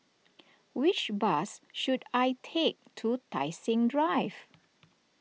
which bus should I take to Tai Seng Drive